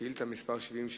שאילתא מס' 70,